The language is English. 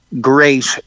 great